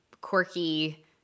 quirky